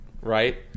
right